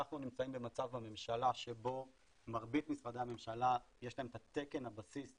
אנחנו נמצאים במצב בממשלה שבו למרבית משרדי הממשלה יש את תקן הבסיס,